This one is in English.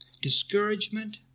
Discouragement